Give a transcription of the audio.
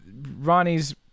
ronnie's